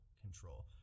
control